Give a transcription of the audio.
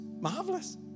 Marvelous